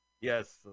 Yes